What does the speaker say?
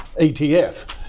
ETF